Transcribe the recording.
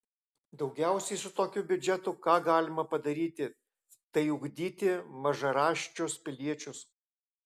daugiausiai su tokiu biudžetu ką galima padaryti tai ugdyti mažaraščius piliečius